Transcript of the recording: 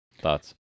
Thoughts